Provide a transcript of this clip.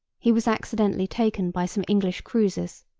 he was accidentally taken by some english cruisers.